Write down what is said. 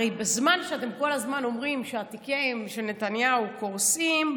הרי בזמן שאתם כל הזמן אומרים שהתיקים של נתניהו קורסים,